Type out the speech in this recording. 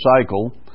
cycle